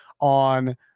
on